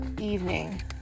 evening